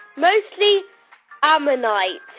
mostly ammonites.